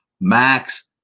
Max